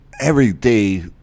everyday